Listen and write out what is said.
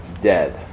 dead